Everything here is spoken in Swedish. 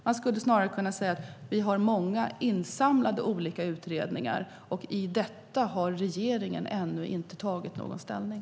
Man skulle kunna säga att vi har många olika utredningar insamlade, och till detta har regeringen ännu inte tagit ställning.